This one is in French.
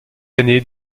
années